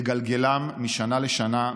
לגלגלן משנה לשנה,